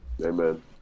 Amen